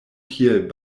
tiel